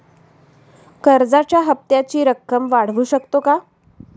कर्जाच्या हप्त्याची रक्कम वाढवू शकतो का?